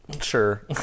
Sure